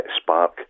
spark